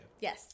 Yes